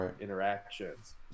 interactions